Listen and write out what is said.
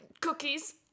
cookies